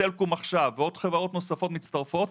סלקום עכשיו ועוד חברות נוספות מצטרפות.